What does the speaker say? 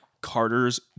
Carter's